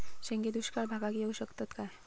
शेंगे दुष्काळ भागाक येऊ शकतत काय?